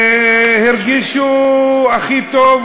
הרגישו הכי טוב,